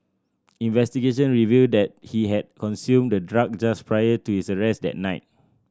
investigation revealed that he had consumed the drug just prior to his arrest that night